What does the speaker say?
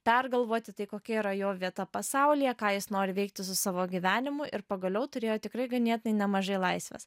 pergalvoti tai kokia yra jo vieta pasaulyje ką jis nori veikti su savo gyvenimu ir pagaliau turėjo tikrai ganėtinai nemažai laisvės